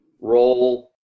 role